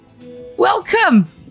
Welcome